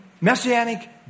messianic